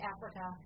Africa